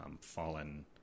fallen